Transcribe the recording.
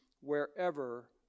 wherever